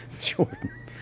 Jordan